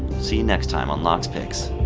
see you next time on lock's picks.